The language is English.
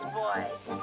boys